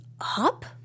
up